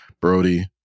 Brody